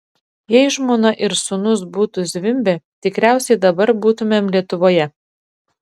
jei žmona ir sūnus būtų zvimbę tikriausiai dabar būtumėm lietuvoje